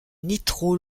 nitro